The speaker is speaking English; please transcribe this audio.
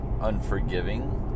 unforgiving